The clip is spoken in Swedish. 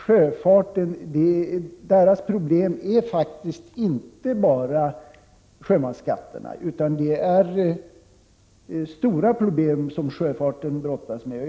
Sjöfartens problem är faktiskt inte bara sjömansskatterna, utan det är stora problem som sjöfarten brottas med.